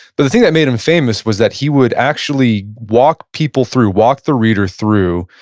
but the thing that made him famous was that he would actually walk people through, walk the reader through,